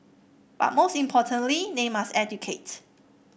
but most importantly they must educate